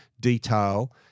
detail